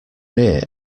near